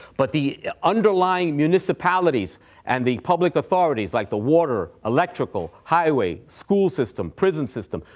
but the underlying municipalities and the public authorities like the water, electrical, highway, school system, prison system,